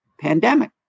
pandemic